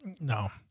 no